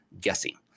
guessing